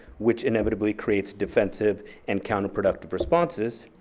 which inevitably creates defensive and counter productive responses.